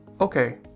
okay